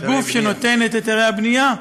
לגוף שנותן את היתרי הבנייה.